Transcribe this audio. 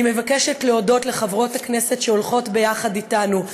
אני מבקשת להודות לחברות הכנסת שהולכות יחד אתנו.